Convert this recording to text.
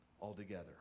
altogether